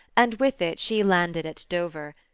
and. with it she landed at dover.